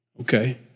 Okay